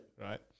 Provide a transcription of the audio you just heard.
Right